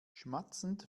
schmatzend